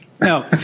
No